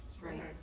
Right